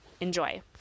enjoy